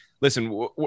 Listen